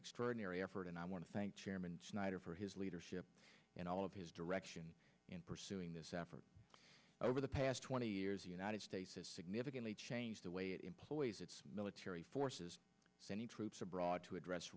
extraordinary effort and i want to thank chairman snyder for his leadership and all of his direction in pursuing this effort over the past twenty years the united states has significantly changed the way it employs its military forces sending troops abroad to address